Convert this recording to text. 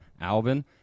Alvin